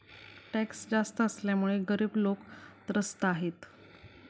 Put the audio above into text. tax जास्त असल्यामुळे गरीब लोकं त्रस्त आहेत